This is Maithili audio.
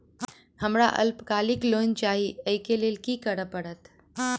हमरा अल्पकालिक लोन चाहि अई केँ लेल की करऽ पड़त?